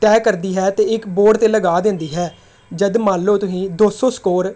ਤੈਅ ਕਰਦੀ ਹੈ ਅਤੇ ਇੱਕ ਬੋਰਡ 'ਤੇ ਲਗਾ ਦਿੰਦੀ ਹੈ ਜਦ ਮੰਨ ਲਓ ਤੁਸੀਂ ਦੋ ਸੌ ਸਕੋਰ